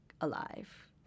alive